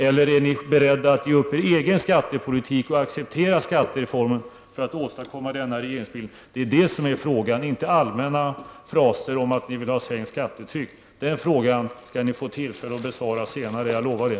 Eller är ni beredda att ge upp er egen skattepolitik och acceptera skattereformen för att åstadkomma denna regeringsbildning? Det är det som frågan gäller, inte allmänna fraser om att ni vill ha sänkt skattetryck. Den frågan skall ni få tillfälle att besvara senare, jag lovar det.